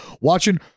watching